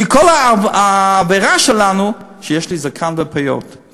כי כל העבירה שלנו, שיש לי זקן ופאות.